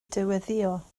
dyweddïo